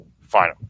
final